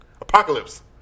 Apocalypse